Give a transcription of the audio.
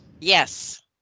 Yes